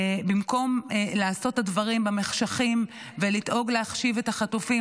במקום לעשות את הדברים במחשכים ולדאוג להשיב את החטופים.